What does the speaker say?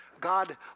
God